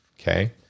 Okay